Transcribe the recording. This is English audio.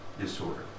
disorder